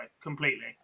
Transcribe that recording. completely